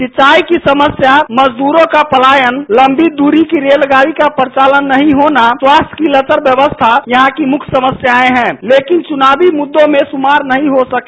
सिंचाई की समस्या मजदूरों का पलायन लंबी दूरी की रेलगाड़ी का परिचालन नहीं होना स्वास्थ्य की लचर व्यवस्था यहां की मुख्य समस्याएं हैं लेकिन चुनावी मुद्दों में शुमार नहीं हो सके